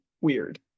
weird